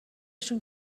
شون